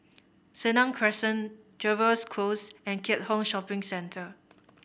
Senang Crescent Jervois Close and Keat Hong Shopping Centre